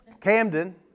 Camden